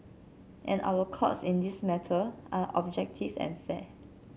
and our Courts in this matter are objective and fair